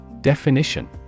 Definition